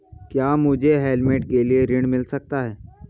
क्या मुझे होमस्टे के लिए ऋण मिल सकता है?